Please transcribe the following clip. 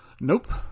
Nope